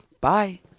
Bye